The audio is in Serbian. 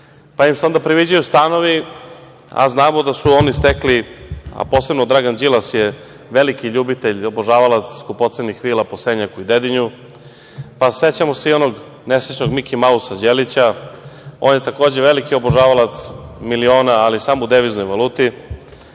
Pa im se onda priviđaju stanovi, a znamo da su oni stekli, a posebno Dragan Đilas je veliki ljubitelj, obožavalac skupocenih vila po Senjaku i Dedinju. Pa, sećamo se i onog nesrećnog Miki Mausa Đelića. On je, takođe, veliki obožavalac miliona, ali samo u deviznoj valuti.Sećamo